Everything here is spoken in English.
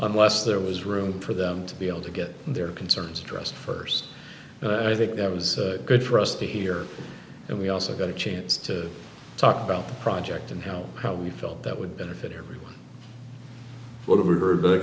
unless there was room for them to be able to get their concerns addressed first but i think that was good for us to hear and we also got a chance to talk about the project and you know how we felt that would benefit everyone what we were